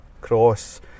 cross